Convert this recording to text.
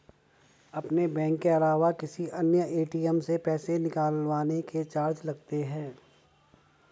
अपने बैंक के अलावा किसी अन्य ए.टी.एम से पैसे निकलवाने के चार्ज लगते हैं